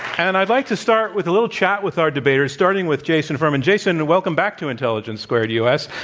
and i'd like to start with a little chat with our debaters, starting with jason furman. jason, and welcome back to intelligence squared u. s.